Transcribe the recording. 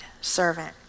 servant